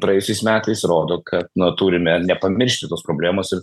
praėjusiais metais rodo kad nu turime ir nepamiršti tos problemos ir